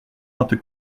vingt